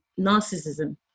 Narcissism